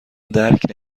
درک